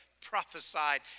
prophesied